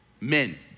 men